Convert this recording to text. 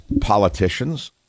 politicians